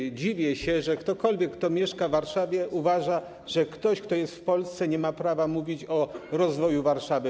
I dziwię się, że ktokolwiek, kto mieszka w Warszawie, uważa, że ktoś, kto jest w Polsce, nie ma prawa mówić o rozwoju Warszawy.